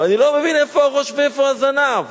ואני לא מבין איפה הראש ואיפה הזנב.